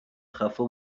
خفا